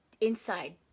inside